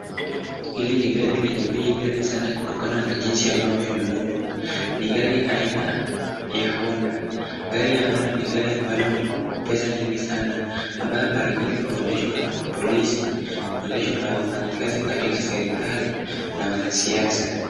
Hili ni gari lenye bei ghali sana kutokana na jinsi ambavyo imeundwa. Ni gari aina ya Honda. Gari ya Honda ni gari ambalo ni pesa nyingi sana ambayo mara nyingi huendeshwa na mapolisi, huendeshwa na wafanyikazi katika serikali na wanasiasa.